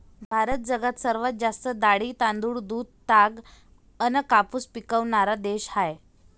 भारत जगात सर्वात जास्त डाळी, तांदूळ, दूध, ताग अन कापूस पिकवनारा देश हाय